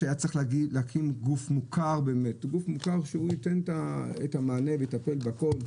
היה צריך להקים גוף מוכר שייתן את המענה לכול: